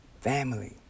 family